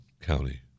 County